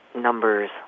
numbers